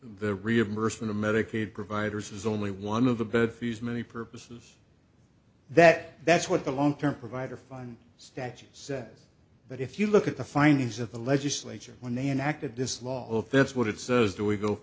the reimbursement of medicaid providers is only one of the bad fuse many purposes that that's what the long term provider fine statute says but if you look at the findings of the legislature when they enacted this law if that's what it says do we go